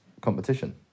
competition